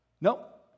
Nope